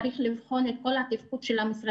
צריך לבחון את כל התפקוד של המשרדים